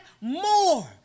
more